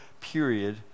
period